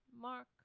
Mark